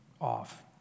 off